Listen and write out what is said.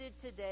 today